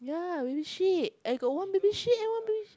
ya baby sheep I got one baby sheep and one baby